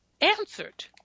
answered